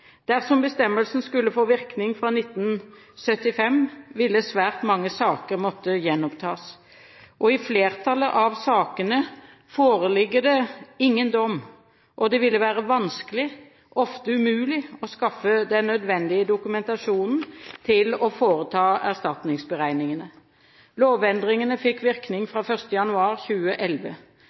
Dersom bestemmelsen skulle fått virkning fra 1975, ville svært mange saker måtte gjenopptas. I flertallet av sakene foreligger det ingen dom, og det ville være vanskelig – ofte umulig – å skaffe den nødvendige dokumentasjonen til å foreta erstatningsberegningene. Lovendringene fikk virkning fra 1. januar 2011.